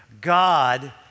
God